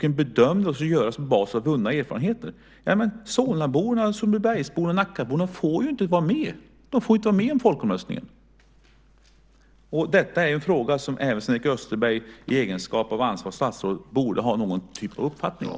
En bedömning ska göras på basis av vunna erfarenheter. Men solnaborna, sundbybergsborna och nackaborna får ju inte vara med om folkomröstningen. Detta är en fråga som Sven-Erik Österberg i egenskap av ansvarigt statsråd borde ha någon typ av uppfattning om.